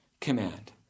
command